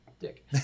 Dick